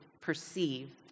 perceive